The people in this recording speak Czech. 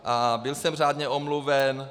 A byl jsem řádně omluven.